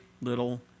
little